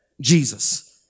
Jesus